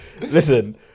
Listen